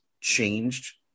changed